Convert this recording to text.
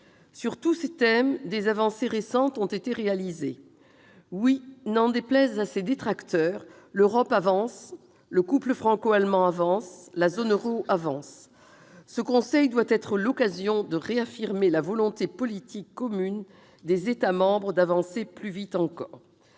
Sur tous ces thèmes, des avancées ont été récemment réalisées. Oui, n'en déplaise à ses détracteurs, l'Europe avance, le couple franco-allemand avance, la zone euro avance ! Ce Conseil doit être l'occasion de réaffirmer la volonté politique commune des États membres d'avancer plus vite encore.